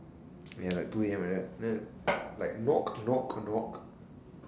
ya like two a_m like that then like knock knock knock